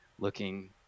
looking